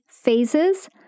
Phases